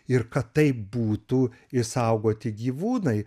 ir kad taip būtų išsaugoti gyvūnai